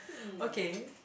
okay